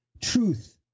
truth